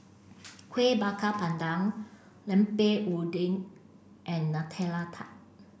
Kueh Bakar Pandan Lemper Udang and Nutella Tart